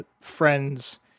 friends